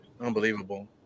Unbelievable